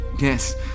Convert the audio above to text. yes